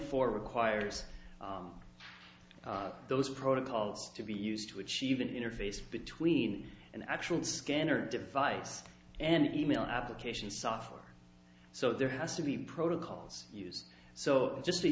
for requires those protocols to be used to achieve an interface between an actual scanner device and email application software so there has to be protocols use so just